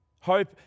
Hope